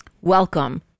Welcome